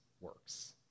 works